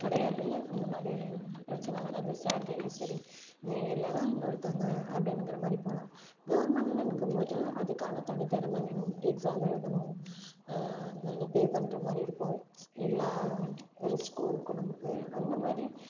கிடையாது இந்த மாதிரி பிரச்சனை வர்றது சேலரிலேயும் சரி நீங்கள் இல்லைன்னா இன்னொருத்தவங்க அப்படிங்கிற மாதிரி போகலாம் கவர்மெண்ட்டிலங்கும்போது அதுக்கான தனி திறம வேணும் எக்ஸாம் எழுதணும் மணி பே பண்ணுற மாதிரி இருக்கும் எல்லாம் ரிஸ்க்கும் இருக்கும் நம்மளுக்கு அந்த மாதிரி